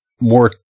More